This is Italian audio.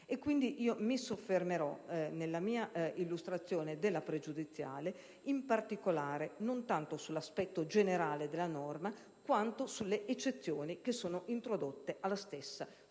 Quindi mi soffermerò nell'illustrazione della pregiudiziale non tanto sull'aspetto generale della norma, quanto sulle eccezioni che sono introdotte alla stessa,